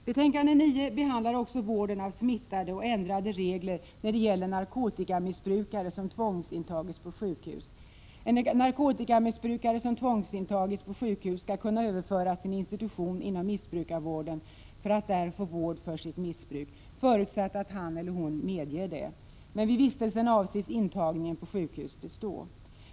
Betänkande 9 behandlar också vården av smittade och ändrade regler när det gäller narkotikamissbrukare som tvångsintagits på sjukhus. En narkotikamissbrukare som tvångsintagits på sjukhus skall kunna överföras till en institution inom missbrukarvården för att där få vård för sitt missbruk, förutsatt att han eller hon medger det. Vid vistelsen avses intagningen på sjukhus bestå.